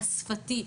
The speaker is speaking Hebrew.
השפתי,